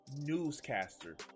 newscaster